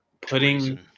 putting